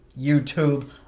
YouTube